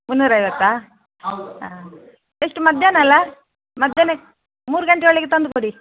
ಮುನ್ನೂರ ಐವತ್ತಾ ಆಂ ಎಷ್ಟು ಮಧ್ಯಾಹ್ನ ಅಲ್ವಾ ಮಧ್ಯಾಹ್ನಕ್ ಮೂರು ಗಂಟೆಯೊಳಗೆ ತಂದು ಕೊಡಿ